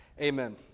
Amen